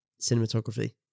cinematography